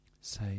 Say